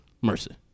mercy